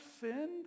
sinned